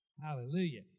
Hallelujah